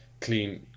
clean